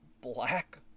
black